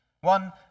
one